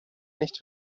nicht